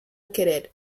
querer